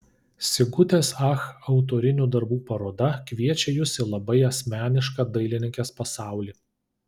sigutės ach autorinių darbų paroda kviečia jus į labai asmenišką dailininkės pasaulį